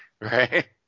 Right